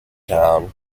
town